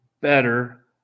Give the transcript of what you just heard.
better